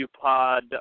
pod